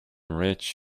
rich